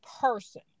person